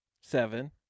seven